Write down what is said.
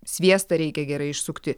sviestą reikia gerai išsukti